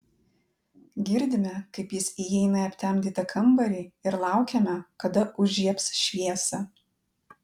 girdime kaip jis įeina į aptemdytą kambarį ir laukiame kada užžiebs šviesą